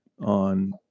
on